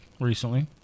recently